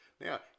Now